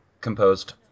composed